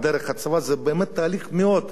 זה באמת תהליך מאוד-מאוד חשוב.